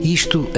isto